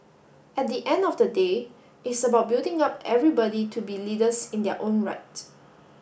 at the end of the day it's about building up everybody to be leaders in their own right